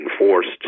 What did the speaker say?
enforced